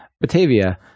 batavia